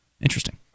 Interesting